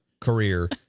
career